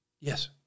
Yes